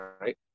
right